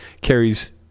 carries